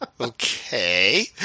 okay